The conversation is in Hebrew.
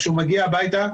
כשהוא מגיע הביתה,